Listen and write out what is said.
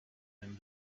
him